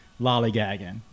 lollygagging